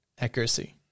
accuracy